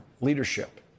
leadership